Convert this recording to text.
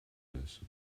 person